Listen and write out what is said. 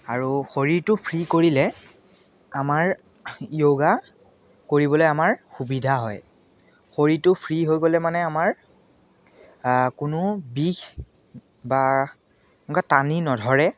আৰু শৰীৰটো ফ্ৰী কৰিলে আমাৰ যোগা কৰিবলৈ আমাৰ সুবিধা হয় শৰীৰটো ফ্ৰী হৈ গ'লে মানে আমাৰ কোনো বিষ বা এনেকুৱা টানি নধৰে